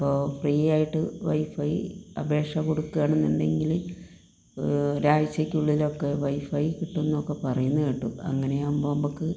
ഇപ്പോൾ ഫ്രീ ആയിട്ട് വൈഫൈ അപേക്ഷ കൊടുക്കുകയാണെന്നുണ്ടെങ്കിൽ ഒരാഴ്ചയ്ക്കുള്ളിലൊക്കെ വൈഫൈ കിട്ടും എന്നൊക്കെ പറയുന്നത് കേട്ടു അങ്ങനെയാകുമ്പോൾ നമുക്ക്